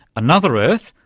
another earth,